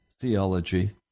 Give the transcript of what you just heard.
theology